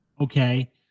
Okay